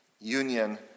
union